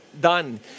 done